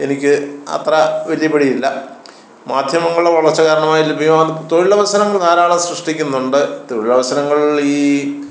എനിക്ക് അത്ര വലിയ പിടിയില്ല മാധ്യമങ്ങളുടെ വളർച്ച കാരണമായി ലഭ്യമായ തൊഴിലവസരങ്ങൾ ധാരാളം സൃഷ്ടിക്കുന്നുണ്ട് തൊഴിലവസരങ്ങൾ ഈ